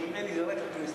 שממילא זה רק הכנסת,